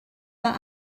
mae